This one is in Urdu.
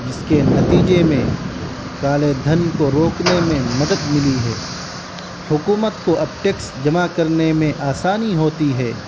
جس کے نتیجے میں کالے دھن کو روکنے میں مدد ملی ہے حکومت کو اب ٹیکس جمع کرنے میں آسانی ہوتی ہے